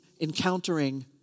encountering